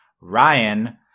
ryan